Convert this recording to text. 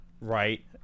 right